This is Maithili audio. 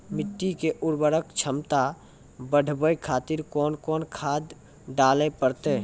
मिट्टी के उर्वरक छमता बढबय खातिर कोंन कोंन खाद डाले परतै?